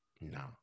No